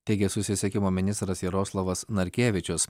teigė susisiekimo ministras jaroslavas narkevičius